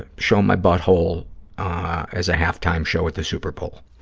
show my butthole as a half-time show at the super bowl.